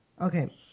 Okay